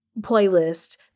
playlist